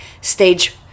stage